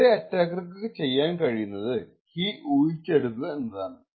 ഇവിടെ അറ്റാക്കർക്കു ചെയ്യാൻ പറ്റുന്നത് കീ ഊഹിച്ചെടുക്കുക എന്നതാണ്